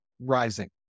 rising